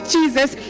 Jesus